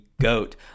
GOAT